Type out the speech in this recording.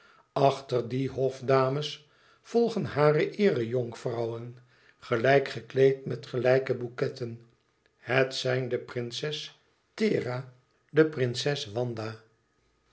achter die hofdames volgen hare eere jonkvrouwen gelijk gekleed met gelijke bouquetten het zijn de prinses thera de prinses wanda